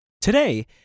Today